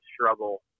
struggle